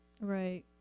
Right